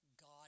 God